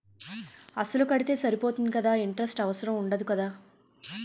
అసలు కడితే సరిపోతుంది కదా ఇంటరెస్ట్ అవసరం ఉండదు కదా?